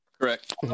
Correct